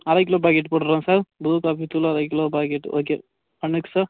அரை kilo packet போட்டுறேன் sir Bru காஃபித்தூளு அரை கிலோ பாக்கெட் ஓகே ஆ நெக்ஸ்ட் சார்